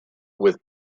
with